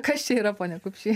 kas čia yra pone kupšy